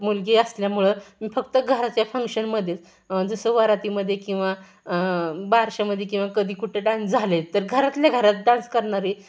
मुलगी असल्यामुळं मी फक्त घराच्या फंक्शनमध्येच जसं वरातीमध्ये किंवा बारशामध्ये किंवा कधी कुठे डान्स झाले आहेत तर घरातल्याघरात डान्स करणारी